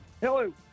Hello